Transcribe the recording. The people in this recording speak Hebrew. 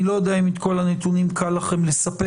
אני לא יודע אם את כל הנתונים קל לכם לספק,